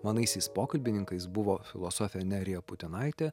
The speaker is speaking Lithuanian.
manaisiais pokalbininkais buvo filosofė nerija putinaitė